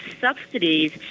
subsidies